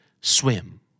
Swim